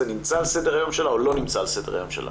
נמצא על סדר היום שלה או לא נמצא על סדר היום שלה.